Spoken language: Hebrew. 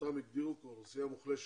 אותם הגדירו כאוכלוסייה מוחלשת.